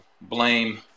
blame –